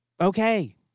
okay